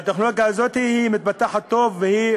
הטכנולוגיה הזאת מתפתחת טוב והיא